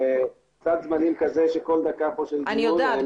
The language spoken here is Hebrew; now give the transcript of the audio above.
בסד זמנים כזה שכל דקה פה של דיון --- אני יודעת,